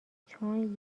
چون